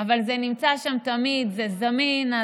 זה נמצא שם תמיד, זה זמין.